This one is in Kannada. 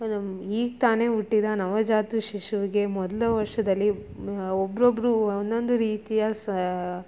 ಈಗ ತಾನೇ ಹುಟ್ಟಿದ ನವಜಾತ ಶಿಶುವಿಗೆ ಮೊದಲ ವರ್ಷದಲ್ಲಿ ಒಬ್ಬೊಬ್ರು ಒಂದೊಂದು ರೀತಿಯ ಸಾ